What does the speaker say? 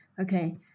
Okay